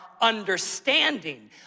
understanding